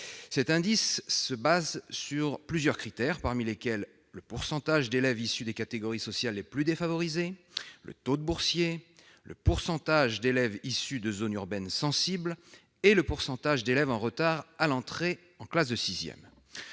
Cet indice se fonde sur plusieurs critères, parmi lesquels le pourcentage d'élèves issus des catégories sociales les plus défavorisées, le taux de boursiers, le pourcentage d'élèves issus de zones urbaines sensibles et le pourcentage d'élèves en retard à l'entrée en classe de